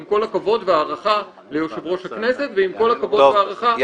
עם כל הכבוד והערכה ליושב ראש הכנסת ועם כל הכבוד והערכה --- טוב,